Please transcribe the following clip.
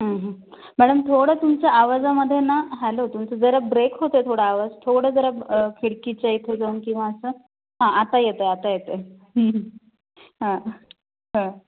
madam थोडं तुमच्या आवाजामध्ये ना हॅलो तुमचं जरा ब्रेक होतं आहे थोडं आवाज थोडं जरा खिडकीच्या इथं जाऊन किंवा असं हां आता येतो आहे आता येतो आहे हां हां